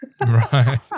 Right